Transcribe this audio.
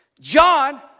John